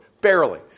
Barely